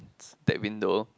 that window